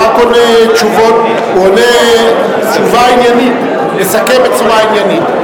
הוא רק עונה תשובה עניינית, מסכם בצורה עניינית.